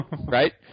right